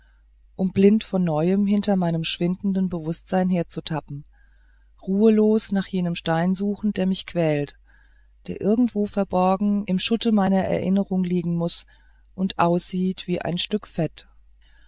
um blind von neuem hinter meinem schwindenden bewußtsein herzutappen ruhelos nach jenem stein suchend der mich quält der irgendwo verborgen im schutte meiner erinnerung liegen muß und aussieht wie ein stück fett